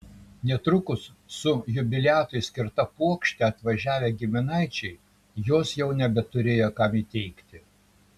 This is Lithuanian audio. netrukus su jubiliatui skirta puokšte atvažiavę giminaičiai jos jau nebeturėjo kam įteikti